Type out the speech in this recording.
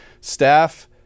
staff